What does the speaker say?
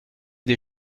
des